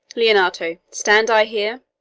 leonato, stand i here?